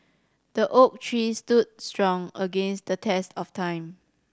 the oak tree stood strong against the test of time